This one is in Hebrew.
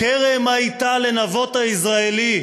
"כרם היתה לנבות היזרעאלי",